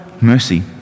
mercy